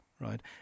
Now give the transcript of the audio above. right